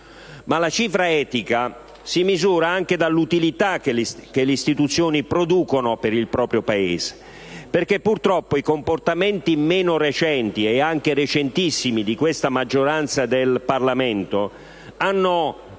La cifra etica, però, si misura anche dall'utilità che le istituzioni producono per il proprio Paese, perché purtroppo i comportamenti (meno recenti, ma anche recentissimi) di questa maggioranza del Parlamento hanno